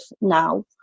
now